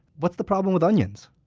what's the problem with onions?